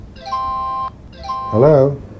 Hello